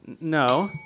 no